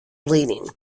bleeding